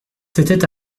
c’était